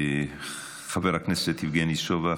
חבר הכנסת יבגני סובה,